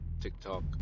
tiktok